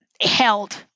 held